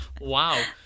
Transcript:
Wow